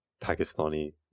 Pakistani